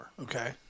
Okay